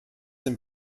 dem